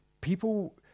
people